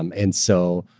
um and so,